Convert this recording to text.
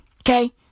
Okay